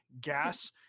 gas